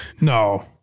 No